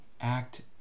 act